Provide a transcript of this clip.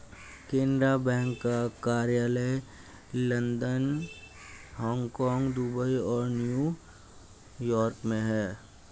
Canara bank का कार्यालय London Hong Kong Dubai और न्यू यॉर्क में है